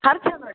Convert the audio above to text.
फार छान वाटलं